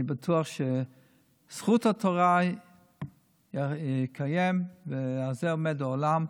אני בטוח שזכות התורה תתקיים, ועל זה עומד העולם,